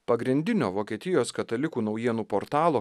pagrindinio vokietijos katalikų naujienų portalo